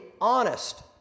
honest